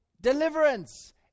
Deliverance